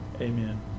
Amen